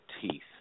teeth